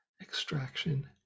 extraction